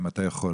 אם אתה יכול.